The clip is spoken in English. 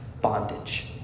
bondage